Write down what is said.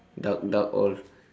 dark dark all